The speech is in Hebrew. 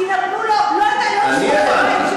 כי נהרגו לו, לא, אני הבנתי.